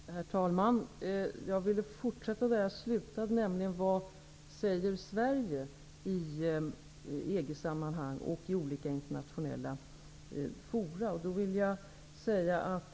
Herr talman! Jag vill fortsätta där jag slutade, nämligen med vad Sverige säger i EG-sammanhang och i olika internationella fora.